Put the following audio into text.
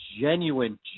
genuine